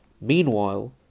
Meanwhile